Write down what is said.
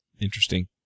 Interesting